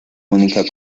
única